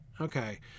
okay